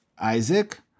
Isaac